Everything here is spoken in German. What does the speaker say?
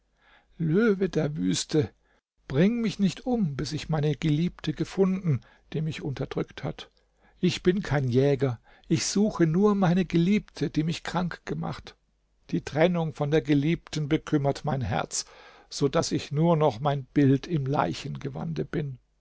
löwe der wüste bring mich nicht um bis ich meine geliebte gefunden die mich unterdrückt hat ich bin kein jäger ich suche nur mein geliebte die mich krank gemacht die trennung von der geliebten bekümmert mein herz so daß ich nur noch mein bild im leichengewande bin